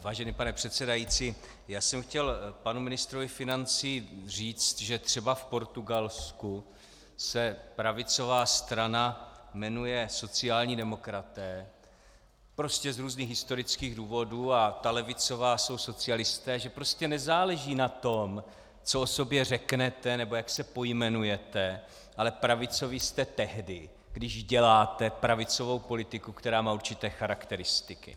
Vážený pane předsedající, já jsem chtěl panu ministrovi financí říct, že třeba v Portugalsku se pravicová strana jmenuje sociální demokraté, prostě z různých historických důvodů, a ta levicová jsou socialisté a že prostě nezáleží na tom, co o sobě řeknete nebo jak se pojmenujete, ale pravicoví jste tehdy, když děláte pravicovou politiku, která má určité charakteristiky.